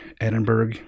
Edinburgh